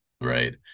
right